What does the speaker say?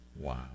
Wow